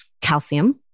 calcium